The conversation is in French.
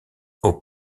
aux